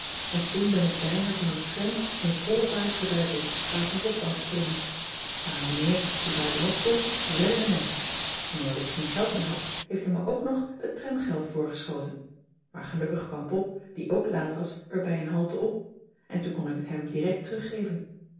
en toen ben ik bijna van een tram in volle vaart geduikeld waar ik nog op wou springen maar een mijnheer die buitenop stond reddde me net en omdat ik geen geld meer had heeft hij me ook nog het tramgeld voorgeschoten maar gelukkig kwam pop die ook laat was er bij een halte op en toen kon ik het hem direct teruggeven